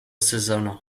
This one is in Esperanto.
sezono